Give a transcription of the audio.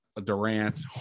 Durant